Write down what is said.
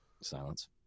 Silence